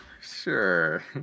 Sure